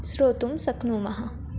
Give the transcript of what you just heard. श्रोतुं शक्नुमः